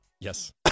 Yes